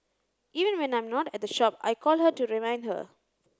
even when I'm not at the shop I call her to remind her